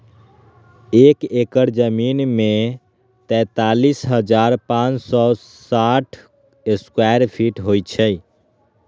एक एकड़ जमीन में तैंतालीस हजार पांच सौ साठ स्क्वायर फीट होई छई